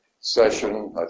session